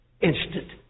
Instant